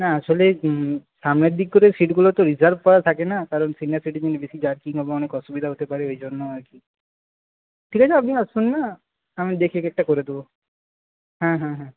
না আসলে সামনের দিক করে সীটগুলো তো রিজার্ভ করা থাকে না কারণ সিনিয়ার সিটিজেন বেশি জার্কিং হবে অনেক অসুবিধা হতে পারে ওই জন্য আর কি ঠিক আছে আপনি আসুন না আমি দেখে একটা করে দেব হ্যাঁ হ্যাঁ হ্যাঁ